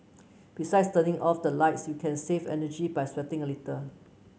besides turning off the lights you can save energy by sweating a little